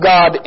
God